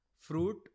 fruit